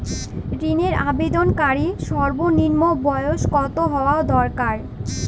ঋণের আবেদনকারী সর্বনিন্ম বয়স কতো হওয়া দরকার?